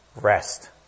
rest